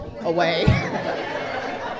away